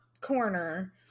corner